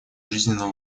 жизненно